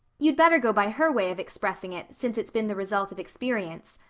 you'd better go by her way of expressing it, since it's been the result of experience.